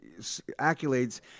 accolades